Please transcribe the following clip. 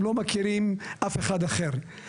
הם לא מכירים אף אחד אחר,